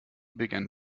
began